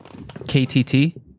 KTT